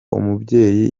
umubyeyi